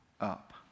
up